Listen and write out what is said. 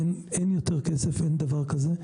אין יותר כסף, אין דבר כזה.